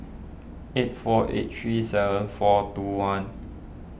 eight four eight three seven four two one